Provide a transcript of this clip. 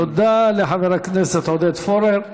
תודה לחבר הכנסת עודד פורר.